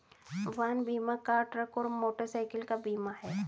वाहन बीमा car, truck और मोटरसाइकिल का बीमा है